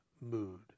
mood